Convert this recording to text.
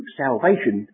salvation